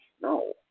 No